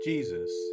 Jesus